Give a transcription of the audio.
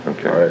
Okay